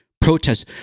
protests